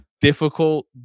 difficult